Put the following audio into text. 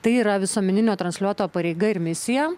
tai yra visuomeninio transliuotojo pareiga ir misija